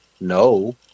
No